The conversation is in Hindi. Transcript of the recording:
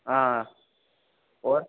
हाँ हाँ और